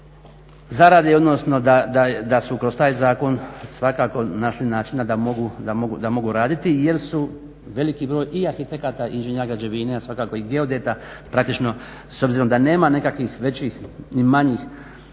zarade odnosno da su kroz taj zakon svakako našli načina da mogu raditi jer su veliki broj i arhitekata i inženjera građevine, a svakako i geodeta praktično s obzirom da nema nekakvih većih ni manjih